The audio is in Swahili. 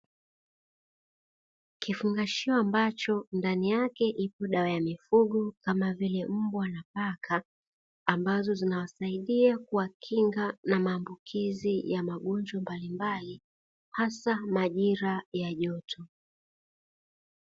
Kifungashio ambacho ndani yake ipo dawa ya mifugo kama vile mbwa na paka, ambazo zinawasaidia kuwakinga na maambukizi ya magonjwa mbalimbali hasa majira ya joto.